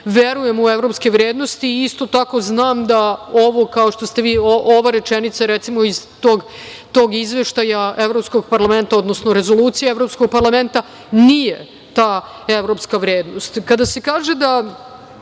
verujem u evropske vrednosti. Isto tako, znam da ova rečenica iz tog Izveštaja Evropskog parlamenta, odnosno Rezolucije Evropskog parlamenta nije ta evropska vrednost. Kada